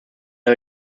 wir